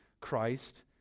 Christ